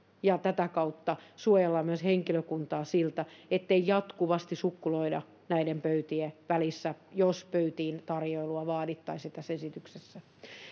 ja tätä kautta suojellaan myös henkilökuntaa siltä ettei jatkuvasti sukkuloida pöytien välissä jos pöytiintarjoilua vaadittaisiin tässä esityksessä